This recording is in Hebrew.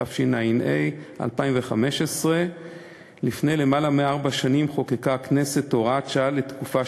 התשע"ה 2015. לפני למעלה מארבע שנים חוקקה הכנסת הוראת שעה לתקופה